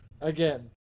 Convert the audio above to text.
again